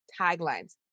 taglines